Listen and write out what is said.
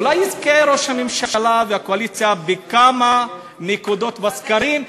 אולי יזכו ראש הממשלה והקואליציה בכמה נקודות בסקרים,